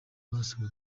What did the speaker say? basabwa